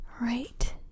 right